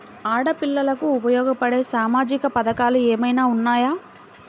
ఆడపిల్లలకు ఉపయోగపడే సామాజిక పథకాలు ఏమైనా ఉన్నాయా?